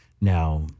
Now